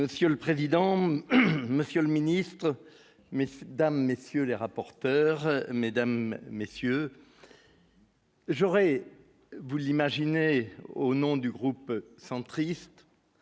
Monsieur le président, Monsieur le ministre, mais cette dame, messieurs les rapporteurs mesdames messieurs. J'aurais vous l'imaginez, au nom du groupe centriste.